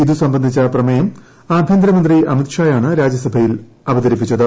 ഇത് സംബന്ധിച്ച പ്രമേയം ആഭ്യന്തരമന്ത്രി ് അമിത് ഷായാണ് രാജ്യസഭയിൽ അറിയിച്ചത്